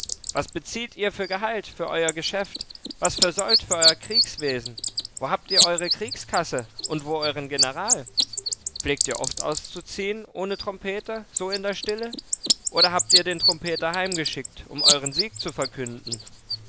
was bezieht ihr für gehalt für euer geschäft was für sold für euer kriegswesen wo habt ihr eure kriegskasse und wo euren general pflegt ihr oft auszuziehen ohne trompeter so in der stille oder habt ihr den trompeter heimgeschickt um euren sieg zu verkünden